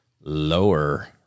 lower